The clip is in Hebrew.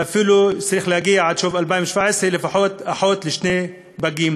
ואפילו צריך להגיע עד סוף 2017 לפחות לאחות לשני פגים,